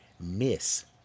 miss